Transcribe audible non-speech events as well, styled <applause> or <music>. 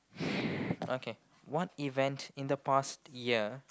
<noise> okay what event in the past year